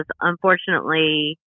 unfortunately